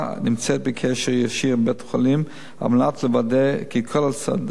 נמצאת בקשר ישיר עם בית-החולים על מנת לוודא כי כל הצעדים